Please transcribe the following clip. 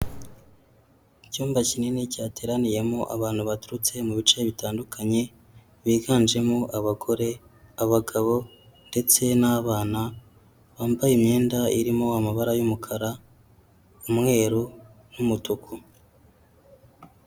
Icyumba kinini cyateraniyemo abantu baturutse mu bice bitandukanye, biganjemo abagore, abagabo ndetse n'abana bambaye imyenda irimo amabara y' y'umukara umweru n'umutuku.